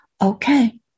Okay